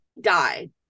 died